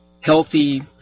healthy